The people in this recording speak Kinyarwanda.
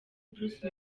bruce